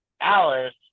alice